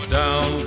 down